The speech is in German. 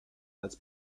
als